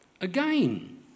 Again